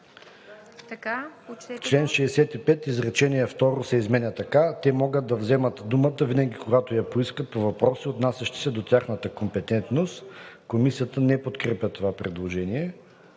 „В чл. 65 изречение второ се изменя така: „Те могат да вземат думата винаги когато я поискат по въпроси, отнасящи се до тяхната компетентност.“.“ Комисията не подкрепя предложението.